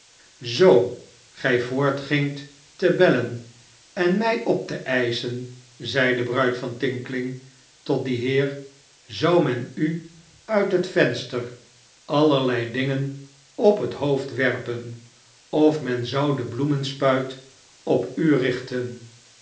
zoo gij voortgingt te bellen en mij op te eischen zei de bruid van tinkling tot dien heer zou men u uit het venster alierlei dingen op het hoofd werpen of men zou debloemenspuit op u richten